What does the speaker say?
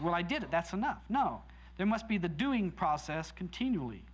what i did that's enough no there must be the doing process continually